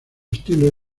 estilo